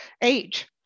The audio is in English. age